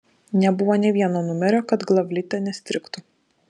nebuvo nė vieno numerio kad glavlite nestrigtų